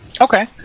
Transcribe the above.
Okay